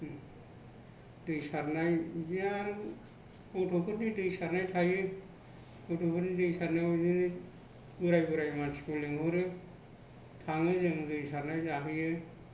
दै सारनाय बिदिनो आरो गथ'फोरनि दै सारनाय थायो गथ'फोरनि दै सारनायाव बिदिनो बोराय बोराय मानसिखौ लेंहरो थाङो जोङो दै सारनाय जाहैयो